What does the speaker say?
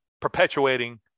perpetuating